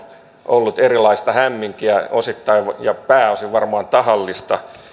ollut erilaista hämminkiä osittain ja pääosin varmaan tahallista